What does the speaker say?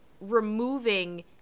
removing